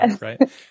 right